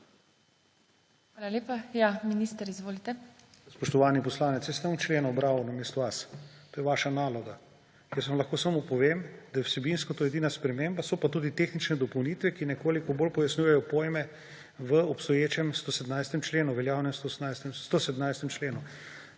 Hvala lepa. Minister, izvolite. **MAG. ANDREJ VIZJAK:** Spoštovani poslanec, jaz ne bom členov bral namesto vas, to je vaša naloga. Jaz vam lahko samo povem, da je vsebinsko to edina sprememba, so pa tudi tehnične dopolnitve, ki nekoliko bolj pojasnjujejo pojme v obstoječem 117. členu, v veljavnem 117. členu.